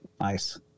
Nice